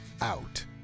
Out